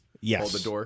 Yes